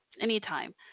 anytime